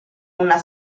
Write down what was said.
una